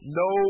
no